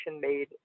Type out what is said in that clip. made